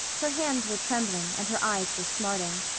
her hands were trembling and her eyes were smarting.